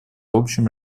общим